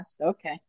Okay